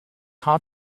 hard